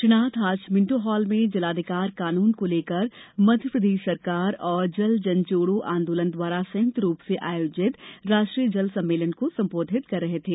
श्री नाथ आज Minto Hall में जलाधिकार कानून को लेकर मध्यप्रदेश सरकार और जल जन जोड़ो आंदोलन द्वारा संयुक्त रूप से आयोजित राष्ट्रीय जल सम्मेलन को संबोधित कर रहे थे